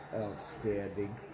Outstanding